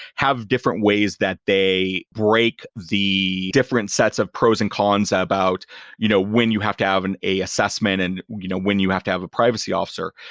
have different ways that they break the different sets of pros and cons about you know when you have to have an, a, assessment, and you know when you have to have a privacy officer.